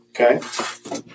Okay